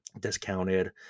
discounted